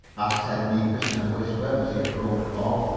asked ted neefus in a whisper as he approached bob.